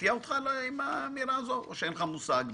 תפתיע אותך האמירה הזאת, או שאין לך מושג בזה?